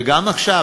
וגם עכשיו,